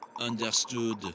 Understood